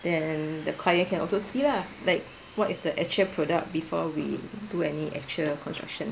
then the client can also see lah like what is the actual product before we do any actual construction